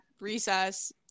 recess